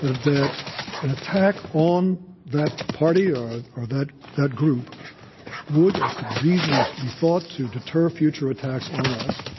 that an attack on that party or or that that group would or could reasonably be thought to deter future attacks on us,